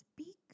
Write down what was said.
speak